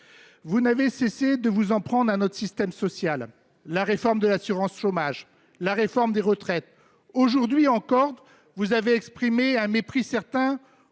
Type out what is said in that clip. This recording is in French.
Vous n’avez cessé de vous en prendre à notre système social : réforme de l’assurance chômage, réforme des retraites, etc. Aujourd’hui encore, vous exprimez un mépris certain